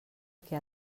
que